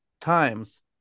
times